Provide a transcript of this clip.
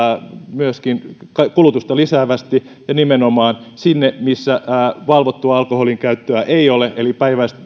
myöskin kulutusta lisäävästi ja nimenomaan sinne missä valvottua alkoholinkäyttöä ei ole eli